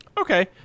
Okay